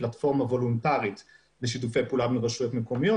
פלטפורמה וולונטרית לשיתופי פועלה של רשויות מקומיות,